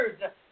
words